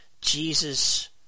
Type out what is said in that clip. Jesus